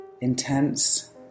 intense